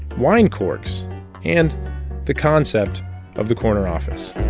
wine corks and the concept of the corner office